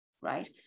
right